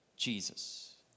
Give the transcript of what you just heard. Jesus